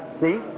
See